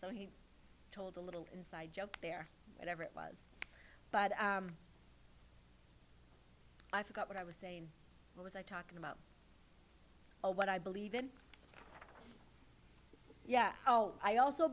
so he told a little inside joke there whenever it was but i forgot what i was saying what was i talking about what i believe in yeah oh i also